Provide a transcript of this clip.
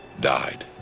died